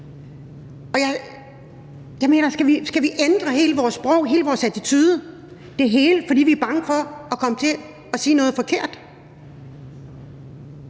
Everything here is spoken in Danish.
skal vi ændre hele vores sprog, hele vores attitude – det hele – fordi vi er bange for at komme til at sige noget forkert?